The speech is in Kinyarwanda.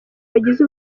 wagize